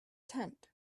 tent